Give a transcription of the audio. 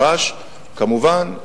אתכם ונלך אתכם עד